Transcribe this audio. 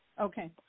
Okay